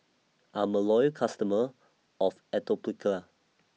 I'm A Loyal customer of Atopiclair